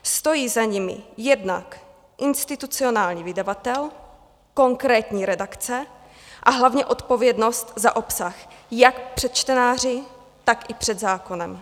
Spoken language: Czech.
Stojí za nimi jednak institucionální vydavatel, konkrétní redakce, a hlavně odpovědnost za obsah jak před čtenáři, tak i před zákonem.